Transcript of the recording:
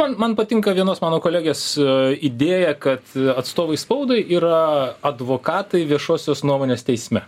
man man patinka vienos mano kolegės idėja kad atstovai spaudai yra advokatai viešosios nuomonės teisme